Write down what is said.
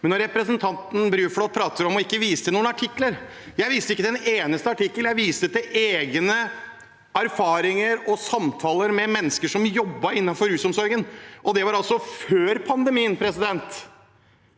når representanten Bruflot prater om å vise til artikler, så viste ikke jeg til en eneste artikkel. Jeg viste til egne erfaringer og samtaler med mennesker som jobber innenfor rusomsorgen, og det var altså før pandemien. Artikkelen